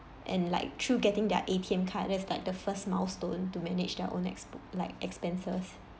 and like through getting their A_T_M card that's like the first milestone to manage their own exp~ like expenses